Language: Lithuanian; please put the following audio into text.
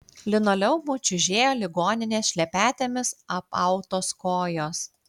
linoleumu čiužėjo ligoninės šlepetėmis apautos kojos